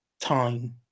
time